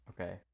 Okay